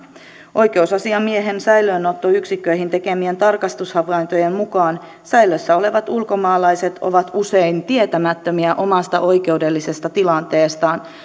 oikeusasiamiehen säilöönottoyksikköihin tekemien tarkastushavaintojen mukaan säilössä olevat ulkomaalaiset ovat usein tietämättömiä omasta oikeudellisesta tilanteestaan